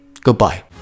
Goodbye